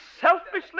selfishly